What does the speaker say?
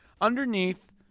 underneath